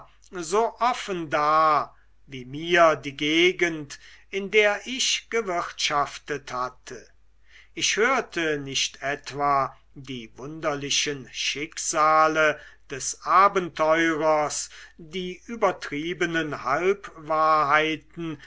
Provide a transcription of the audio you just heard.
so offen da wie mir die gegend in der ich gewirtschaftet hatte ich hörte nicht etwa die wunderlichen schicksale des abenteurers die übertriebenen